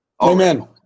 Amen